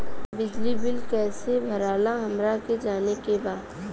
बिजली बिल कईसे भराला हमरा के जाने के बा?